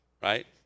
right